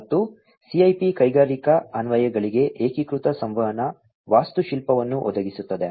ಮತ್ತು CIP ಕೈಗಾರಿಕಾ ಅನ್ವಯಗಳಿಗೆ ಏಕೀಕೃತ ಸಂವಹನ ವಾಸ್ತುಶಿಲ್ಪವನ್ನು ಒದಗಿಸುತ್ತದೆ